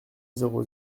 zéro